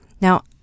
Now